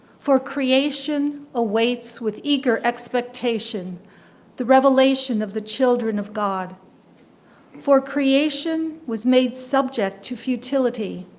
for creation awaits with eager expectation the revelation of the children of god for creation was made subject to futility,